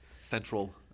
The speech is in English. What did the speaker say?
central